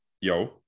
yo